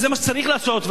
וזה מה שצריך לעשות,